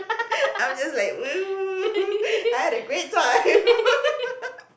I'm just like !woo! I had a great time